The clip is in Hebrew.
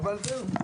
זהו.